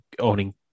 owning